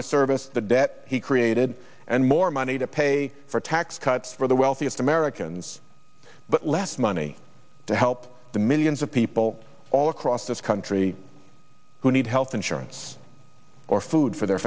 to service the debt he created and more money to pay for tax cuts for the wealthiest americans but less money to help the millions of people all across this country who need health insurance or food for their